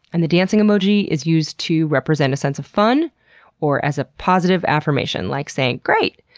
and, the dancing emoji is used to represent a sense of fun or as a positive affirmation, like saying, great!